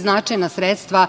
značajna sredstva